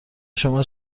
شما